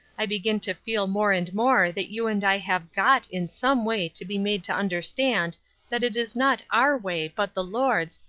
i begin to feel more and more that you and i have got in some way to be made to understand that it is not our way, but the lord's,